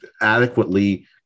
adequately